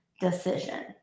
decision